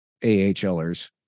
AHLers